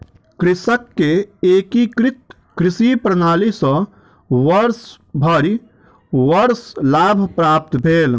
कृषक के एकीकृत कृषि प्रणाली सॅ वर्षभरि वर्ष लाभ प्राप्त भेल